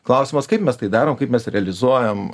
klausimas kaip mes tai darom kaip mes realizuojam